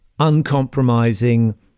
uncompromising